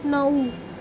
नऊ